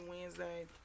Wednesday